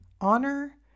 Honor